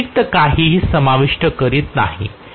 मी अतिरिक्त काहीही समाविष्ट करीत नाही